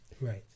Right